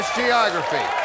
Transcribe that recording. geography